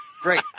Great